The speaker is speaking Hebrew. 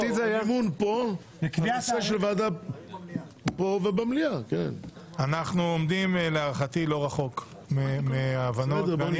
להערכתי אנחנו עומדים לא רחוק מהבנות.